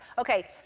ok.